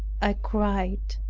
i cried,